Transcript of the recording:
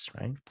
right